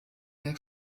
der